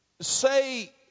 Say